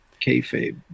kayfabe